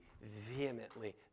vehemently